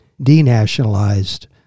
Denationalized